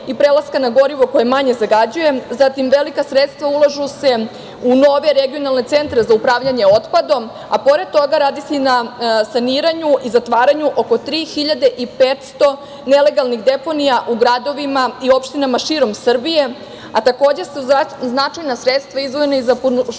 i prelaska na gorivo koje manje zagađuje. Zatim, velika sredstva ulažu se u nove regionalne centre za upravljanje otpadom, a pored toga radi se i na saniranju i zatvaranju oko 3.500 nelegalnih deponija u gradovima i opštinama širom Srbije, a takođe su značajna sredstva izdvojena i za pošumljavanje